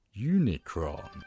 unicron